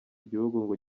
gihugu